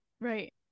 Right